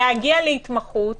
להגיע להתמחות,